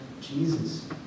Jesus